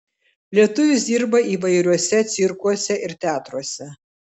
lietuvis dirba įvairiuose cirkuose ir teatruose